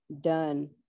done